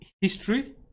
history